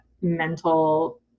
mental